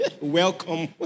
welcome